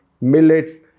millets